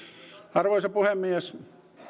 arvoisa puhemies